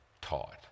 taught